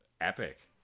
epic